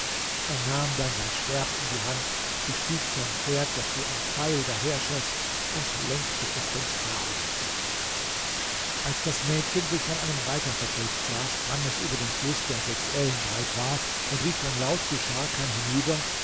er nahm dann sein schwert in die hand bestieg sein pferd das wie ein pfeil daherschoß und lenkte es den sklavinnen zu als das mädchen sich von einem reiter verfolgt sah sprang es über den fluß der sechs ellen breit war und rief dann laut zu scharkan hinüber